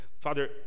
Father